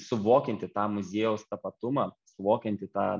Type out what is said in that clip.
suvokianti tą muziejaus tapatumą suvokianti tą